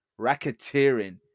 Racketeering